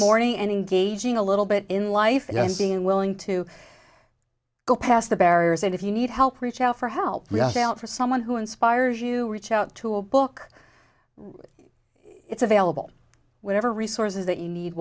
morning and engaging a little bit in life yes being willing to go past the barriers and if you need help reach out for help we have felt for someone who inspires you to reach out to a book it's available whatever resources that you need